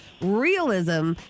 realism